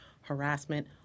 harassment